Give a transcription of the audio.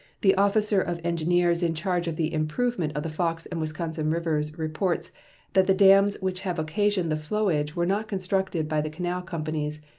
the officer of engineers in charge of the improvement of the fox and wisconsin rivers reports that the dams which have occasioned the flowage were not constructed by the canal companies,